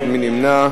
מי נגד?